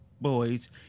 boys